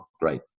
great